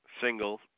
single